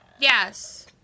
Yes